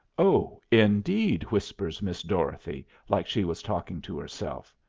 oh, indeed! whispers miss dorothy, like she was talking to herself.